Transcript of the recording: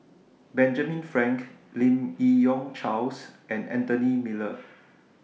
Benjamin Frank Lim Yi Yong Charles and Anthony Miller